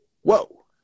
Whoa